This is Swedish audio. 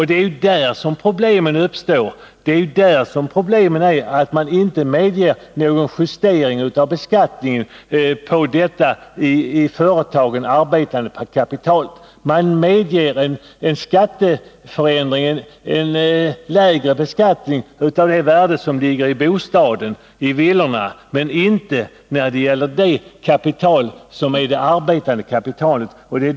Det är ju här som problemen uppstår, eftersom man inte vill medge någon justering av skatten på det i företaget arbetande kapitalet. Man medger en lägre beskattning av kapital som ligger i villorna men inte av det arbetande kapitalet.